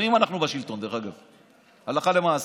גם אם אנחנו בשלטון, הלכה למעשה.